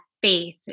faith